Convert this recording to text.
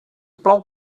plou